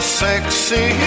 sexy